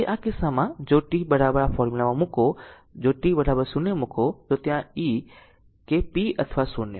તેથી આ કિસ્સામાં જો t આ ફોર્મુલા માં મૂકો જો t 0 મૂકો તો ત્યાં e કે p અથવા 0